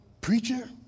Preacher